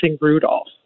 Rudolph